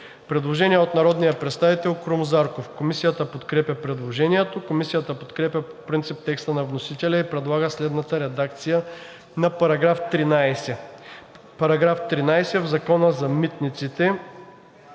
Предложение от народния представител Крум Зарков. Комисията подкрепя предложението. Комисията подкрепя по принцип текста на вносителя и предлага следната редакция на § 13: „§ 13. В Закона за митниците